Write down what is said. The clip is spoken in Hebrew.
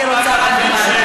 אני רוצה רק דבר אחד.